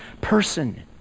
person